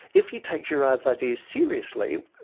if you take girard's ideas seriously,